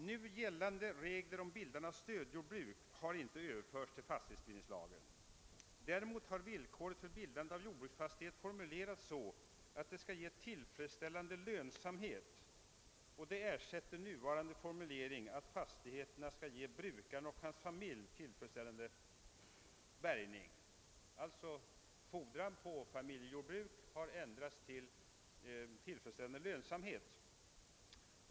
Nu gällande regler om bildande av stödjordbruk har inte överförts till fastighetsbildningslagen. Däremot har villkoret för bildande av jordbruksfastighet formulerats så, att fastigheten skall ge tillfredsställande lönsamhet. Det ersätter nuvarande formulering, att fastigheten skall ge brukaren och hans familj — tillfredsställande bärgning — kravet på familjejordbruk har alltså ändrats till »tillfredsställande lönsamhet».